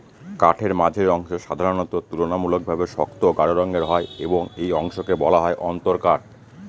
কাঠের মাঝের অংশ সাধারণত তুলনামূলকভাবে শক্ত ও গাঢ় রঙের হয় এবং এই অংশকে বলা হয় অন্তরকাঠ